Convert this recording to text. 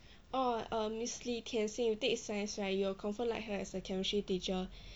oh err miss lee tian xin you take science right you will confirm like her as a chemistry teacher